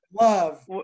Love